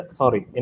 sorry